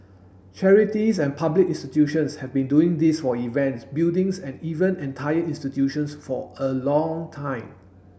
charities and public institutions have been doing this for events buildings and even entire institutions for a long time